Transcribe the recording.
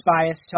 bias